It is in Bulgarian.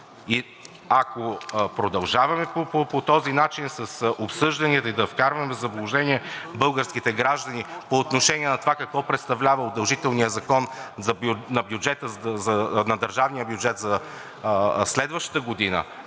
Ако продължаваме по този начин с обсъжданията и да вкарваме в заблуждение българските граждани по отношение на това какво представлява удължителният закон на държавния бюджет за следващата година,